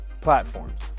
platforms